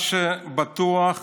מה שבטוח,